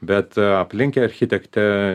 bet aa aplink architekte